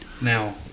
now